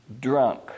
drunk